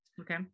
okay